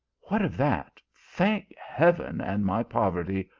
what of that, thank heaven and my poverty,